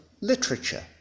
literature